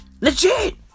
Legit